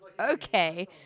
okay